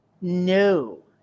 no